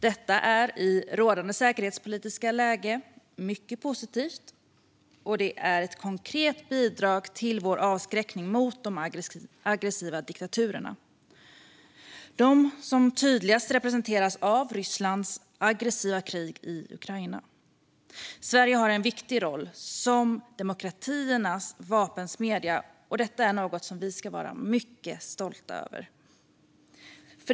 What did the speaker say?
Detta är i det rådande säkerhetspolitiska läget mycket positivt, och det är ett konkret bidrag till vår avskräckande verksamhet mot de aggressiva diktaturerna, som tydligast representeras av Rysslands aggressiva krig i Ukraina. Sverige har en viktig roll som demokratiernas vapensmedja, vilket vi ska vara mycket stolta över.